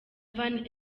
van